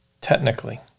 Technically